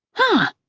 huh.